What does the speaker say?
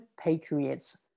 patriots